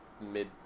mid